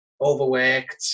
Overworked